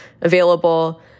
available